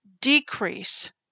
decrease